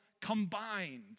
combined